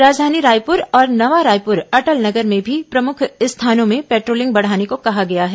राजधानी रायपुर और नवा रायपुर अटल नगर में भी प्रमुख स्थानों में पेट ोलिंग बढाने को कहा गया है